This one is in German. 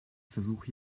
versuche